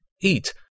eat